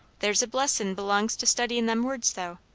there's a blessin' belongs to studyin' them words, though.